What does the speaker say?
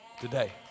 today